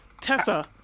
Tessa